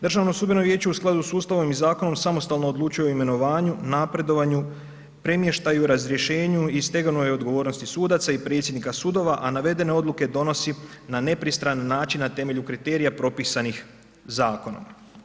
Državno sudbeno vijeće u skladu s Ustavom i zakonom samostalno odlučuje o imenovanju, napredovanju, premještaju, razrješenju i stegovnoj odgovornosti sudaca i predsjednika suda, a navedene odluke donosi na nepristran način na temelju kriterija propisanih zakonom.